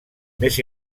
més